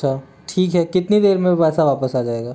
अच्छा ठीक है कितनी देर मे पैसा वापस आ जाएगा